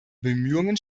bemühungen